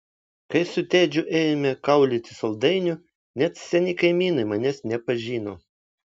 kai su tedžiu ėjome kaulyti saldainių net seni kaimynai manęs nepažino